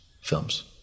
films